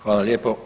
Hvala lijepo.